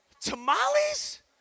tamales